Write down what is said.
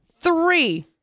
three